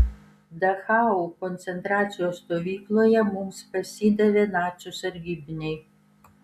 dachau koncentracijos stovykloje mums pasidavė nacių sargybiniai